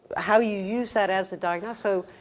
how you use that as a diagnose so,